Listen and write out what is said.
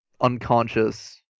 unconscious